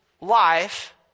life